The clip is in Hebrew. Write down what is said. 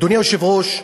אדוני היושב-ראש,